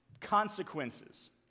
consequences